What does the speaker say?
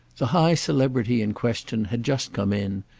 the high celebrity in question had just come in,